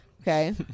Okay